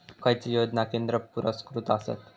खैचे योजना केंद्र पुरस्कृत आसत?